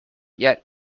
yet